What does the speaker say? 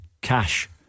cash